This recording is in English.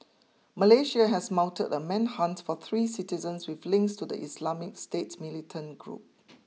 Malaysia has mounted a manhunt for three citizens with links to the Islamic State militant group